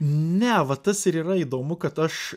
ne va tas ir yra įdomu kad aš